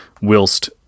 whilst